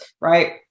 right